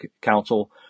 Council